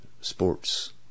sports